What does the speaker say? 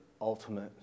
ultimate